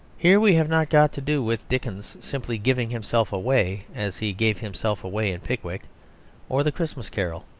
here we have not got to do with dickens simply giving himself away, as he gave himself away in pickwick or the christmas carol.